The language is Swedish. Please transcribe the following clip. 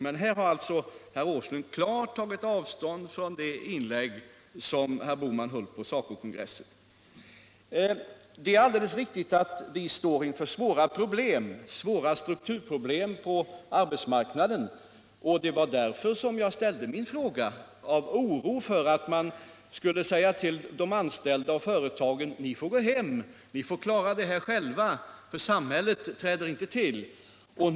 Men här har herr Åsling alltså klart tagit avstånd från det inlägg som herr Bohman gjorde på SACO/SR kongressen. Det är alldeles riktigt att vi står inför svåra strukturproblem på arbetsmarknaden. Det var därför jag ställde min fråga. Det var av oro för att man skulle säga till de anställda och till företagen: Ni får gå hem, ni får klara det här själva, för samhället träder inte till.